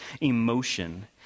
emotion